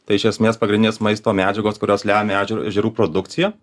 tai iš esmės pagrindinės maisto medžiagos kurios lemia ežer ežerų produkciją